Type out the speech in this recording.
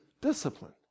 discipline